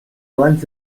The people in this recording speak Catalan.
abans